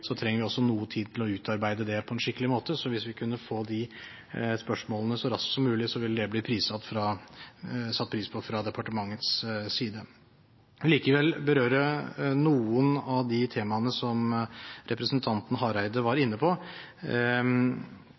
trenger vi noe tid til å utarbeide det på en skikkelig måte. Så hvis vi kunne få de spørsmålene så raskt som mulig, ville det blitt satt pris på fra departementets side. Jeg vil likevel berøre noen av de temaene som representanten Hareide var inne på.